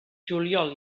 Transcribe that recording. juliol